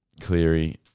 Cleary